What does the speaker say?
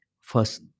First